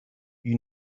you